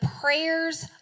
prayers